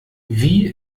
wie